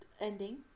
ending